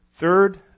Third